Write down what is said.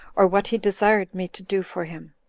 or what he desired me to do for him.